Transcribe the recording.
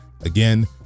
again